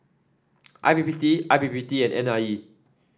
I P P T I P P T and N I E